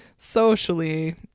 Socially